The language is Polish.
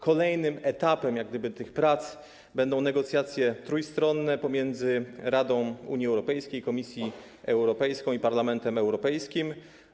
Kolejnym etapem tych prac będą negocjacje trójstronne pomiędzy Radą Unii Europejskiej, Komisją Europejską i Parlamentem Europejskim.